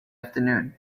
afternoon